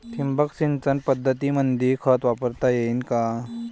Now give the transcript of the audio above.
ठिबक सिंचन पद्धतीमंदी खत वापरता येईन का?